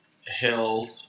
Hill